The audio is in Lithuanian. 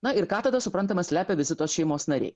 na ir ką tada suprantama slepia visi tos šeimos nariai